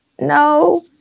No